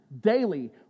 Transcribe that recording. daily